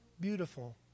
beautiful